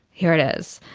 here it is.